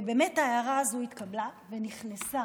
ובאמת ההערה הזו התקבלה ונכנסה